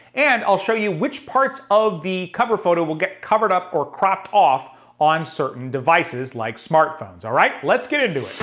and i'll show you which parts of the cover photo will get covered up or cropped off on certain devices like smartphones, all right? let's get into